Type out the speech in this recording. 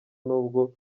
nubwo